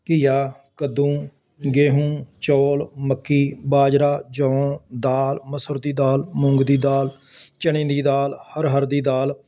ਘੀਆ ਕੱਦੂ ਗੇਹੂੰ ਚੋਲ ਮੱਕੀ ਬਾਜਰਾ ਜੌ ਦਾਲ ਮਸੁਰ ਦੀ ਦਾਲ ਮੂੰਗ ਦੀ ਦਾਲ ਚਨੇ ਦੀ ਦਾਲ ਅਰਹਰ ਦੀ ਦਾਲ